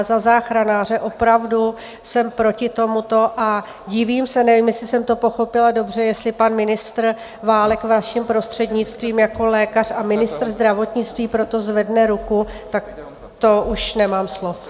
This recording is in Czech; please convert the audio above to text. Za záchranáře jsem opravdu proti tomuto a divím se nevím, jestli jsem to pochopila dobře, jestli pan ministr Válek, vaším prostřednictvím, jako lékař a ministr zdravotnictví pro to zvedne ruku, tak to už nemám slov.